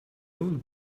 old